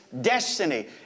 destiny